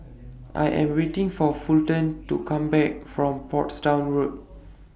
I Am waiting For Fulton to Come Back from Portsdown Road